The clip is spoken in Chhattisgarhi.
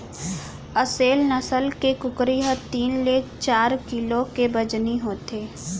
असेल नसल के कुकरी ह तीन ले चार किलो के बजनी होथे